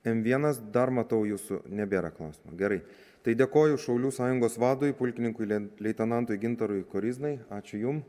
m vienas dar matau jūsų nebėra klausimų gerai tai dėkoju šaulių sąjungos vadui pulkininkui leitenantui gintarui koryznai ačiū jum